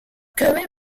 current